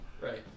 right